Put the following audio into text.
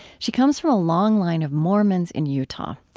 she comes from a long line of mormons in utah.